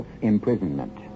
imprisonment